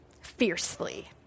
fiercely